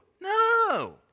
no